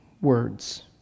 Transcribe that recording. words